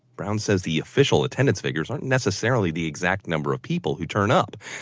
brown said the official attendance figures aren't necessarily the exact number of people who turn up.